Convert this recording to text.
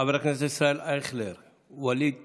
חבר הכנסת ישראל אייכלר, ווליד טאהא,